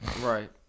Right